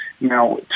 Now